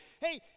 hey